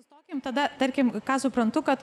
sustokim tada tarkim ką suprantu kad